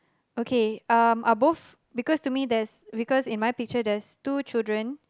okay um are both because to me there's because in my picture there's two children